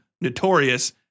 notorious